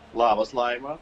labas laima